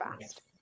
fast